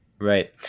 Right